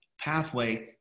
pathway